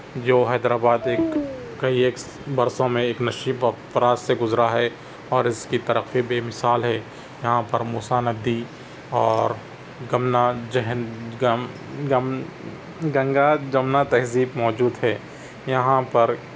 جو حیدرآباد ایک کئی ایک برسوں میں ایک نشیب و فراز سے گزرا ہے اور اس کی ترقی بے مثال ہے یہاں پر موسیٰ ندی اور گمنا جہن غم غم گنگا جمنا تہذیب موجود ہے یہاں پر